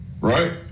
right